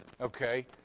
okay